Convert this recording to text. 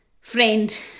friend